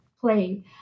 play